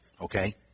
Okay